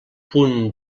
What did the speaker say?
punt